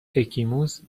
اکیموز